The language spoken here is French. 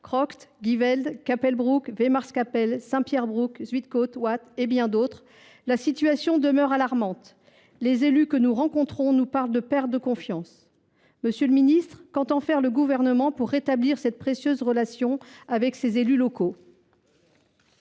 Crochte, Ghyvelde, Cappelle Brouck, Wemaers Cappel, Saint Pierre Brouck, Zuydcoote, Watten… –, la situation demeure alarmante. Les élus que nous rencontrons nous parlent de perte de confiance. Monsieur le ministre, qu’entend faire le Gouvernement pour rétablir cette précieuse relation avec les élus locaux ?